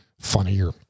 funnier